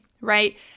right